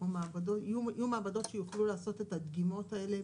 יהיו מעבדות שיוכלו לעשות את הדגימות האלה,